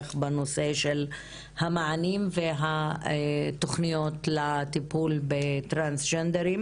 בנושא של המענים והתוכניות לטיפול בטרנסג'נדרים